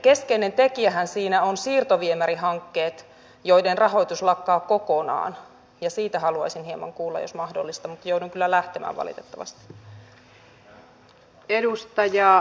keskeinen tekijähän siinä on siirtoviemärihankkeet joiden rahoitus lakkaa kokonaan ja siitä haluaisin hieman kuulla jos mahdollista mutta joudun kyllä lähtemään valitettavasti